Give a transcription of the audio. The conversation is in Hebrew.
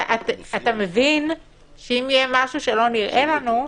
אתה מבין שאם יהיה משהו שלא נראה לנו,